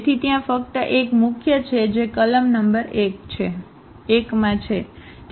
તેથી ત્યાં ફક્ત એક મુખ્ય છે જે કલમ નંબર 1 માં છે